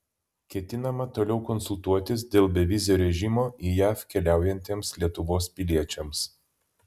ketinama toliau konsultuotis dėl bevizio režimo į jav keliaujantiems lietuvos piliečiams